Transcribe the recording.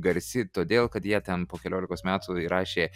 garsi todėl kad ją ten po keliolikos metų įrašė